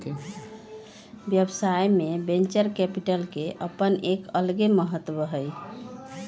व्यवसाय में venture capital के अपन एक अलग महत्व हई